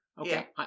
Okay